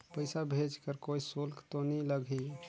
पइसा भेज कर कोई शुल्क तो नी लगही?